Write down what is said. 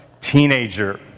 teenager